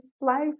life